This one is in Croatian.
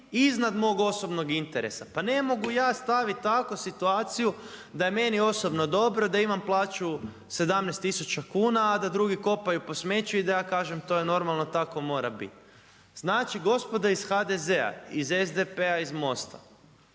iznad mog osobnog interesa. Pa ne mogu ja stavit tako situaciju da je meni osobno dobro, da imam plaću 17000 kuna, a da drugi kopaju po smeću i da ja kažem to je normalno, tako mora biti. Znači gospodo iz HDZ-a, iz SDP-a, iz MOST-a